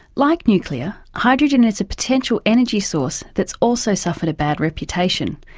like nuclear, hydrogen is a potential energy source that's also suffered a bad reputation.